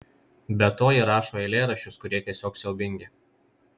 be to ji rašo eilėraščius kurie tiesiog siaubingi